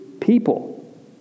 people